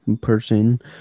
person